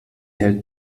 hält